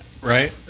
right